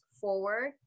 forward